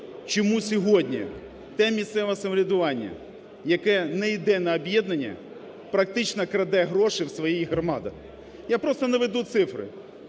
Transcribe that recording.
чому сьогодні те місцеве самоврядування, яке не йде на об'єднання, практично краде гроші в своїх громадах. Я просто наведу цифри.